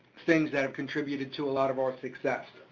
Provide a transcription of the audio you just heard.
things that have contributed to a lot of our success.